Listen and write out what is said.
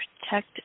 protect